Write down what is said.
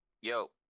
yo